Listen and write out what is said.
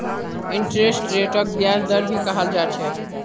interest रेटक ब्याज दर भी कहाल जा छे